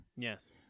Yes